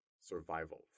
survival